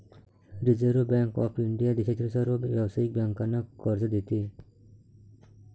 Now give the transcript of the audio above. reserve bank of India देशातील सर्व व्यावसायिक बँकांना कर्ज देते